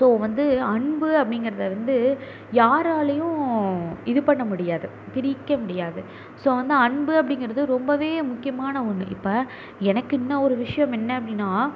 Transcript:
so வந்து அன்பு அப்படிங்கிறத வந்து யாராலேயும் இது பண்ண முடியாது பிரிக்க முடியாது ஸோ வந்து அன்பு அப்படிங்கிறது ரொம்ப முக்கியமான ஒன்று இப்போ எனக்கு என்ன ஒரு விஷயம் என்ன அப்படின்னா